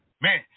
Man